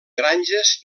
granges